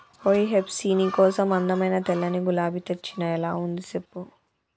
ఓయ్ హెప్సీ నీ కోసం అందమైన తెల్లని గులాబీ తెచ్చిన ఎలా ఉంది సెప్పు